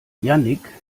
jannick